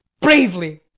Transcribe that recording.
Bravely